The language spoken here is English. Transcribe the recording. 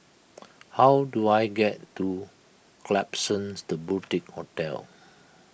how do I get to Klapsons the Boutique Hotel